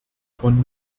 von